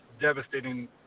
devastating